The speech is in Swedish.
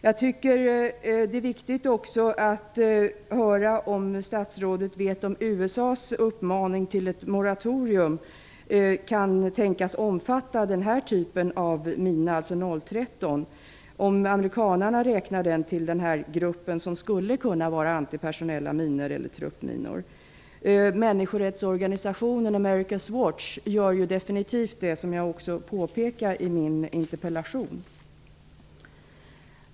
Jag tycker också att det är viktigt att få höra om statsrådet vet om USA:s uppmaning till ett moratorium kan tänkas omfatta mina 013, om amerikanerna räknar den till den grupp som skulle kunna vara antipersonella minor eller truppminor. Människorättsorganisationen America's Watch gör det definitivt, som jag påpekar i min interpellation.